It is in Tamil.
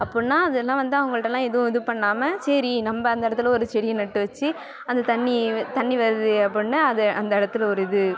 அப்பிட்னா அதெல்லாம் வந்து அவங்கள்ட்டலாம் எதுவும் இது பண்ணாமல் சரி நம்ப அந்த இடத்துல ஒரு செடியை நட்டு வெச்சு அந்த தண்ணி தண்ணி வருது அப்பிட்னா அது அந்த இடத்துல ஒரு இது